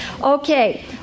Okay